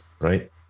Right